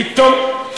פתאום,